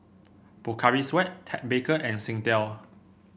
Pocari Sweat Ted Baker and Singtel